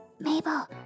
Mabel